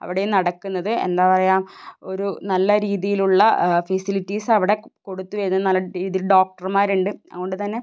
അവിടെയും നടക്കുന്നത് എന്താ പറയുക ഒരു നല്ല രീതിയിലുള്ള ഫെസിലിറ്റീസ് അവിടെ കൊടുത്തു വരുന്നു നല്ല ഡോക്ടർമാരുണ്ട് അതുകൊണ്ട് തന്നെ